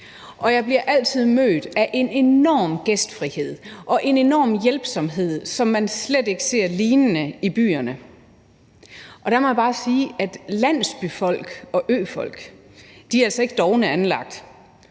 jeg bliver altid mødt af en enorm gæstfrihed og en enorm hjælpsomhed, som man slet ikke ser lignende i byerne. Der må jeg bare sige, at landsbyfolk og øfolk altså ikke er dovent anlagt.